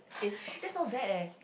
eh that's not bad eh